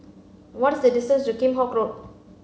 what is the distance to Kheam Hock Road